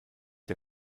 der